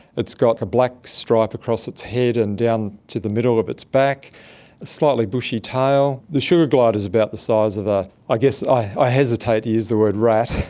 it's got a black stripe across its head and down to the middle of of its back, a slightly bushy tail. the sugar glider is about the size of, ah i guess i hesitate to use the word rat,